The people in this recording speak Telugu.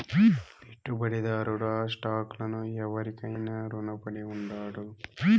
పెట్టుబడిదారుడు ఆ స్టాక్ లను ఎవురికైనా రునపడి ఉండాడు